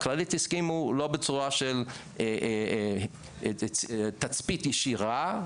הכללית הסכימו לא בצורה של תצפית ישירה.